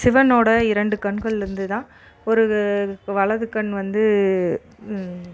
சிவனோட இரண்டு கண்கள்லிருந்து தான் ஒரு வலது கண் வந்து